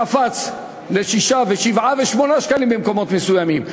והוא קפץ ל-6 ו-7 ו-8 שקלים במקומות מסוימים?